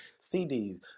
CDs